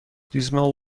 dismal